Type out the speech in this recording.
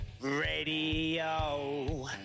radio